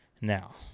now